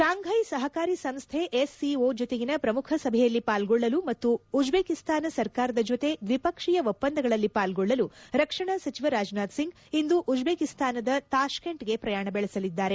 Shanghai ಸಹಕಾರಿ ಸಂಸ್ಥೆ S C O ಜೊತೆಗಿನ ಪ್ರಮುಖ ಸಭೆಯಲ್ಲಿ ಪಾಲ್ಗೊಳ್ಳಲು ಮತ್ತು ಉಜ್ಜೇಕಿಸ್ತಾನ ಸರ್ಕಾರದ ಜೊತೆ ದ್ವಿಪಕ್ಷೀಯ ಒಪ್ಪಂದಗಳಲ್ಲಿ ಪಾಲ್ಗೊಳ್ಳಲು ರಕ್ಷಣಾ ಸಚಿವ ರಾಜ್ನಾಥ್ ಸಿಂಗ್ ಇಂದು ಉಜ್ಜೇಕಿಸ್ತಾನದ ತಾಪ್ಲೆಂಟ್ಗೆ ಪ್ರಯಾಣ ಬೆಳೆಸಲಿದ್ದಾರೆ